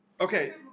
Okay